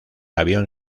avión